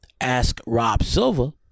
askrobsilver